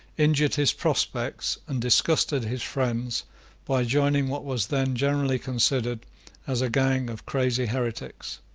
injured his prospects and disgusted his friends by joining what was then generally considered as a gang of crazy heretics.